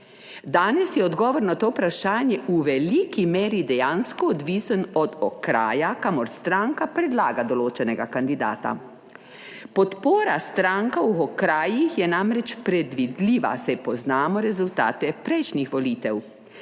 Danes je odgovor na to vprašanje v veliki meri dejansko odvisen od okraja, kamor stranka predlaga določenega kandidata, podpora strankam v okrajih je namreč predvidljiva - saj poznamo rezultate prejšnjih volitev.